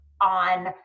on